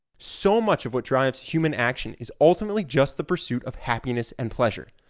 so much of what drives human action is ultimately just the pursuit of happiness and pleasure.